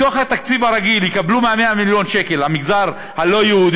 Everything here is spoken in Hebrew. מתוך התקציב הרגיל יקבלו מה-100 מיליון שקל המגזר הלא-יהודי,